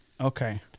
Okay